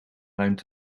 ruimt